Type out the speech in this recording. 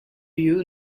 you